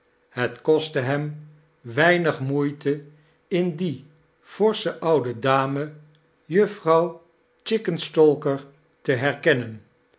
het kostte hem weinig moeite in die forsclie oude dame juffrouw chickenkerstvertellingen stalker te herkennen